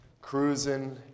cruising